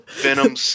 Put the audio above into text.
venom